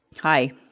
Hi